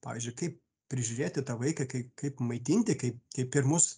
pavyzdžiui kaip prižiūrėti tą vaiką kai kaip maitinti kaip kaip pirmus